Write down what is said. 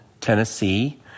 Tennessee